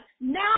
now